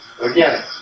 Again